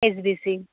S B C